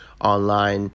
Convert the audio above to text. online